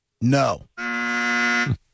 No